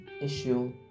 issue